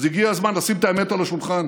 אז הגיע הזמן לשים את האמת על השולחן.